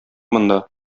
монда